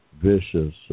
vicious